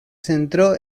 centró